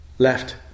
left